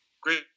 great